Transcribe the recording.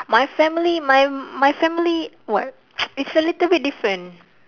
my family my my family what it's a little bit different